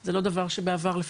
זה לא דבר שבעבר לפחות,